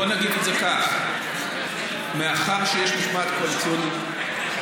מאחר שיש משמעת קואליציונית,